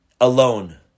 alone